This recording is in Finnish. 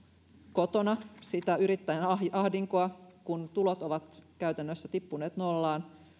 kotona sitä yrittäjän ahdinkoa kun tulot ovat käytännössä tippuneet nollaan